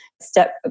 step